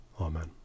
Amen